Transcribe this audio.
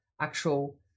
actual